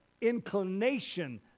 inclination